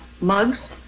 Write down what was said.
mugs